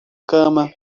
cama